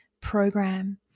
program